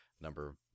Number